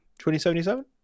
2077